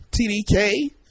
TDK